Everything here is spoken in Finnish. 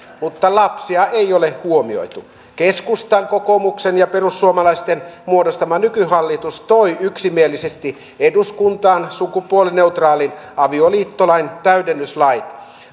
mutta lapsia ei ole huomioitu keskustan kokoomuksen ja perussuomalaisten muodostama nykyhallitus toi yksimielisesti eduskuntaan sukupuolineutraalin avioliittolain täydennyslait